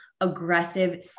aggressive